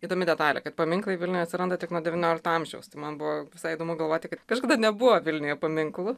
įdomi detalė kad paminklai vilniuje atsiranda tik nuo devyniolikto amžiaus tai man buvo visai įdomu galvoti kad kažkada nebuvo vilniuje paminklų